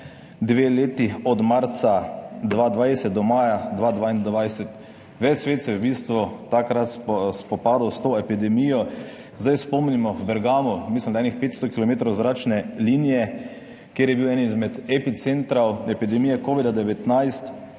dve leti, od marca 2020 do maja 2022. Ves svet se je v bistvu takrat spopadal s to epidemijo. Spomnimo, v Bergamu, mislim, da kakšnih 500 kilometrov zračne linije, kjer je bil eden izmed epicentrov epidemije covida-19,